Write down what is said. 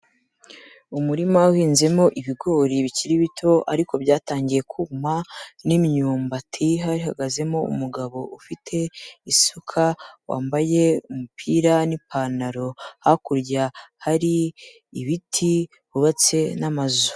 Umurima uhinzemo ibigori bikiri bito ariko byatangiye kuma, n'imyumbati hahagazemo umugabo ufite isuka, wambaye umupira n'ipantaro, hakurya hari ibiti hubatse n'amazu.